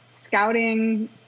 scouting